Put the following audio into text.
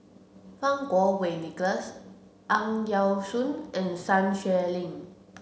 Fang Kuo Wei Nicholas Ang Yau Choon and Sun Xueling